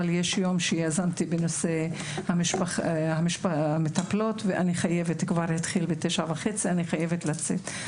אבל יש יום שיזמתי בנושא המטפלות שהתחיל כבר בתשע וחצי ואני חייבת לצאת,